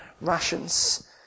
rations